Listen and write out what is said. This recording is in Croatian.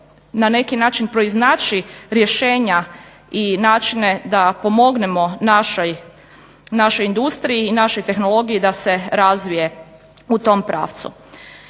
na neki način proiznaći rješenja i načine da pomognemo našoj industriji i našoj tehnologiji da se razvije u tom pravcu.